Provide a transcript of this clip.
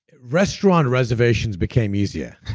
restaurant reservations became easier.